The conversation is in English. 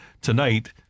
tonight